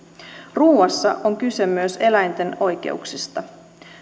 ruuassa on kyse myös eläinten oikeuksista